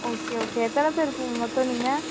okay okay எத்தனை பேர் மொத்தம் நீங்கள்